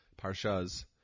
parshas